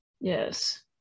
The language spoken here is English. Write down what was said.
Yes